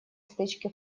стычки